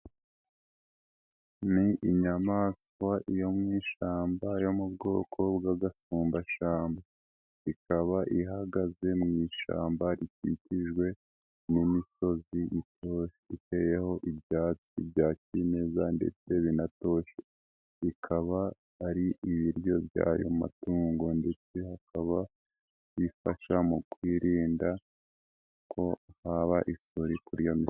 Ni inyamaswa yo mu ishyamba yo mu bwoko bw'agafumbashambo, ikaba ihagaze mu ishyamba rikikijwe n'imisozi mito iteyeho ibyatsi bya kineza ndetse binatoshye, bikaba ari ibiryo by'ayo matungo ndetse hakaba bifasha mu kwirinda ko haba isuri kuri iyo misozi.